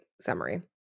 summary